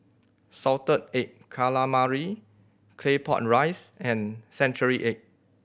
Salted Egg Calamari Claypot Rice and century egg